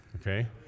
Okay